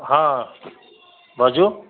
हँ बाजू